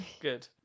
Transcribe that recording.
Good